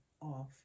off